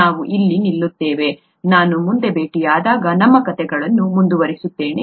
ನಾವು ಇಲ್ಲಿ ನಿಲ್ಲುತ್ತೇವೆ ನಾವು ಮುಂದೆ ಭೇಟಿಯಾದಾಗ ನಮ್ಮ ಕಥೆಗಳನ್ನು ಮುಂದುವರಿಸುತ್ತೇವೆ